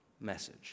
message